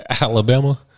Alabama